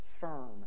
firm